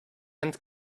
and